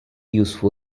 useful